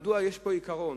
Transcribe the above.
מדוע יש פה עיקרון